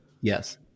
Yes